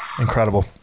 Incredible